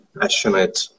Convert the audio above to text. passionate